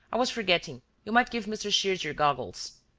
i was forgetting you might give mr. shears your goggles!